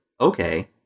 okay